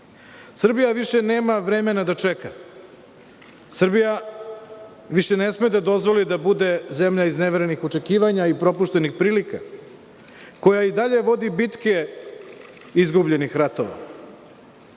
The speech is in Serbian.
godine. Srbija više nema vremena da čeka. Srbija više ne sme da dozvoli da bude zemlja izneverenih očekivanja i propuštenih prilika, koja i dalje vodi bitke izgubljenih ratova.